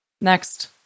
Next